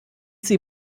sie